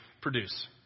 produce